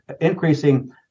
increasing